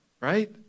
right